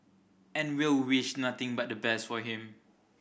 and we'll wish nothing but the best for him